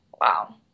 wow